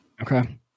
okay